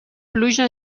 pluja